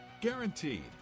Guaranteed